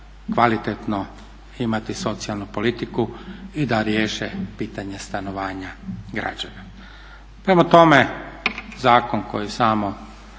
kvalitetno imati socijalnu politiku i da riješe pitanje stanovanja građana. Prema tome, zakon koji samo